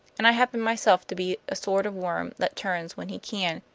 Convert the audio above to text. and i happen myself to be a sort of worm that turns when he can.